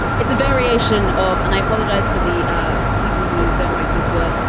it's a variation of and i apologize for the ah people who don't like this word.